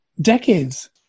Decades